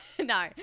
No